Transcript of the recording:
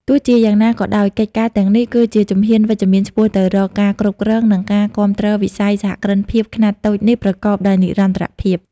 ទោះជាយ៉ាងណាក៏ដោយ កិច្ចការទាំងនេះគឺជាជំហានវិជ្ជមានឆ្ពោះទៅរកការគ្រប់គ្រង និងការគាំទ្រវិស័យសហគ្រិនភាពខ្នាតតូចនេះប្រកបដោយនិរន្តរភាព ។